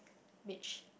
Mitch